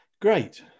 great